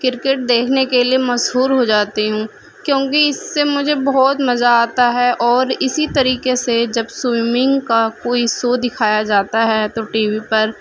cricket دیکھنے کے لیے مشہور ہو جاتی ہوں کیونکہ اس سے مجھے بہت مزہ آتا ہے اور اسی طریقے سے جب سوئمنگ کا کوئی سو دکھایا جاتا ہے تو ٹی وی پر